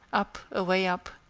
up away up,